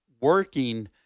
working